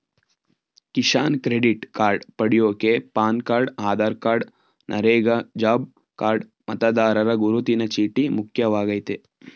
Kisan credit card ಪಡ್ಯೋಕೆ PAN card Aadhaar card NREGA job card ಮತದಾರರ ಗುರುತಿನ ಚೀಟಿ ಮುಖ್ಯವಾಗಯ್ತೆ